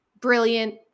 brilliant